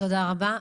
תודה רבה.